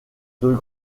deux